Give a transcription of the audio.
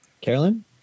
Carolyn